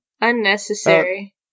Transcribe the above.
Unnecessary